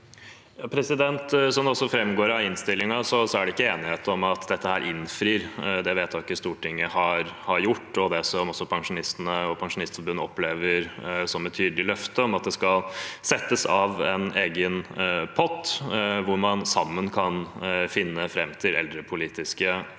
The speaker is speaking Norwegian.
Som det også framgår av innstillingen, er det ikke enighet om at dette innfrir det vedtaket Stortinget har gjort, og det som også pensjonistene og Pensjonistforbundet opplever som et tydelig løfte, om at det skal settes av en egen pott hvor man sammen kan finne fram til eldrepolitiske tiltak,